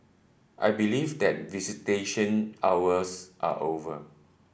I believe that visitation hours are over